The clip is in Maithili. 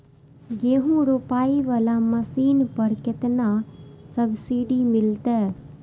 गेहूं रोपाई वाला मशीन पर केतना सब्सिडी मिलते?